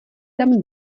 tam